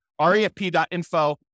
refp.info